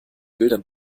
bildern